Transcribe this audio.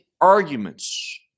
arguments